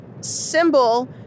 Symbol